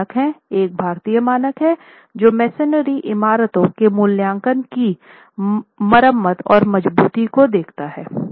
दो मानक हैं एक भारतीय मानक है जो मसोनरी इमारतों के मूल्यांकन की मरम्मत और मजबूती को देखता है